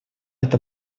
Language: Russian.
это